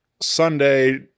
Sunday